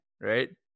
right